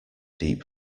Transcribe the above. deep